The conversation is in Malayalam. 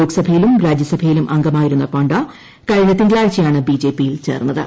ലോക്സഭയിലും രാജ്യസഭയിലും അംഗമായിരുന്ന പ്പാണ്ഡ കഴിഞ്ഞ തിങ്കളാഴ്ചയാണ് ബിജെപിയിൽ ചേർന്നത്